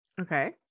Okay